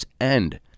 end